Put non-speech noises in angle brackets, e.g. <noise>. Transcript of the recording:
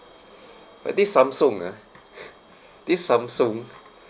but this Samsung ah <noise> this Samsung